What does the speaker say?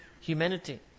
humanity